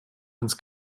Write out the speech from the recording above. noch